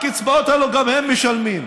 הקצבאות, הלוא הם גם משלמים.